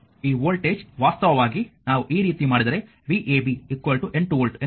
ಆದ್ದರಿಂದ ಈ ವೋಲ್ಟೇಜ್ ವಾಸ್ತವವಾಗಿ ನಾವು ಈ ರೀತಿ ಮಾಡಿದರೆ vab 8 ವೋಲ್ಟ್ ಎಂದು ಹೇಳಿ